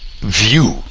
view